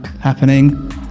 happening